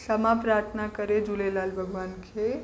क्षमा प्रार्थना करे झूलेलाल भॻवान खे